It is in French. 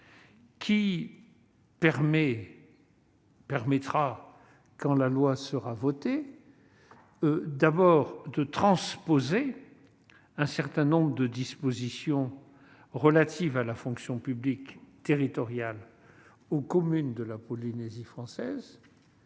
et permettra quand la loi sera votée -de transposer un certain nombre de dispositions relatives à la fonction publique territoriale aux communes de Polynésie française.